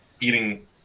eating